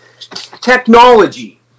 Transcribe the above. technology